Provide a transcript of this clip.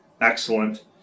excellent